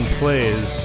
plays